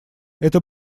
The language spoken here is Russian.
это